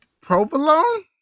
Provolone